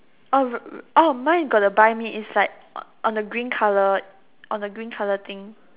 oh r~ r~ oh mine got the buy me is like on the green colour on the green colour thing